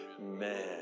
Amen